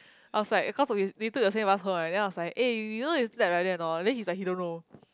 I was like eh cause we we took the same bus home right then I was like eh you know you slept like that or not then he's like he don't know